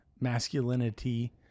masculinity